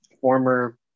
former